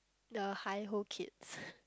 the HiHo Kids